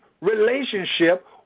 relationship